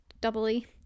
Doubly